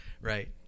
right